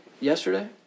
Yesterday